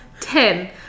Ten